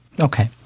Okay